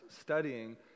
studying